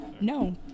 No